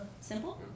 Simple